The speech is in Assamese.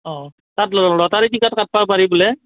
অ' তাত লটাৰী টিকট কাটবা পাৰি বোলে